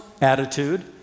attitude